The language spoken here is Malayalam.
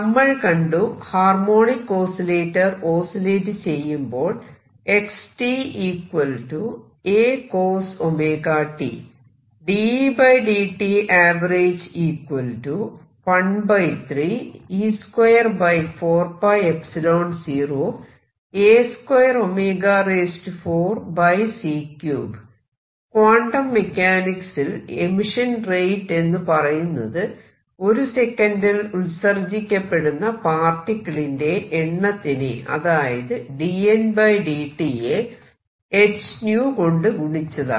നമ്മൾ കണ്ടു ഹാർമോണിക് ഓസിലേറ്റർ ഓസിലേറ്റ് ചെയ്യുമ്പോൾ ക്വാണ്ടം മെക്കാനിക്സിൽ എമിഷൻ റേറ്റ് എന്ന് പറയുന്നത് ഒരു സെക്കൻഡിൽ ഉത്സർജിക്കപ്പെടുന്ന പാർട്ടിക്കിളിന്റെ എണ്ണത്തിനെ അതായത് dN dt യെ h𝜈 കൊണ്ട് ഗുണിച്ചതാണ്